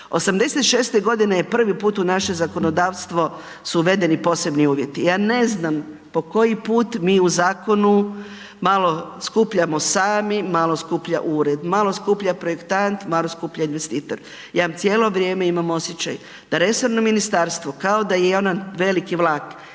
'86.-te godine je prvi put u naše zakonodavstvo su uvedeni posebni uvjeti, ja ne znam po koji put mi u Zakonu malo skupljamo sami, malo skuplja Ured, malo skuplja projektant, malo skuplja investitor, ja vam cijelo vrijeme imam osjećaj da resorno Ministarstvo kao da je jedan veliki vlak,